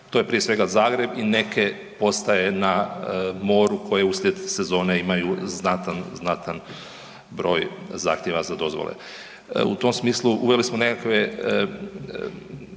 To je prije svega Zagreb i neke postaje na moru koje uslijed sezone imaju znatan, znatan broj zahtjeva za dozvole. U tom smislu, uveli smo neke